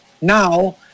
Now